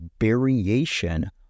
variation